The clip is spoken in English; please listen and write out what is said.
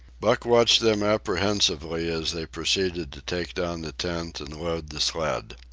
buck watched them apprehensively as they proceeded to take down the tent and load the sled.